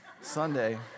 Sunday